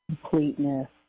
completeness